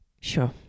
sure